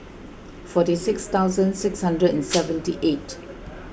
forty six thousand six hundred and seventy eight